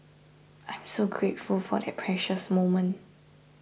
I'm so grateful for that precious moment